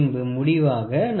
பின்பு முடிவாக நமக்கு 1